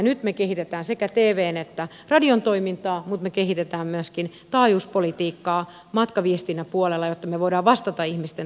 nyt me kehitämme sekä tvn että radion toimintaa mutta me kehitämme myöskin taajuuspolitiikkaa matkaviestinnän puolella jotta me voimme vastata ihmisten toiveisiin